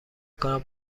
کنم